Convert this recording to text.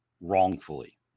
wrongfully